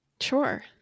Sure